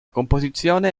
composizione